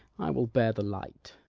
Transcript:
i will bear the light.